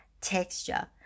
texture